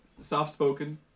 Soft-spoken